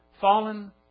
fallen